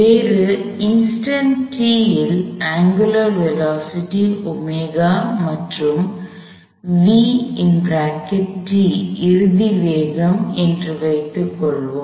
வேறு instant t இல் angular velocity மற்றும் இறுதி வேகம் என்று வைத்துக் கொள்வோம்